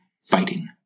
fighting